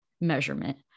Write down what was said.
measurement